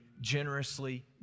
generously